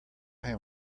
him